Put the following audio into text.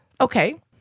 Okay